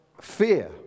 fear